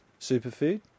superfood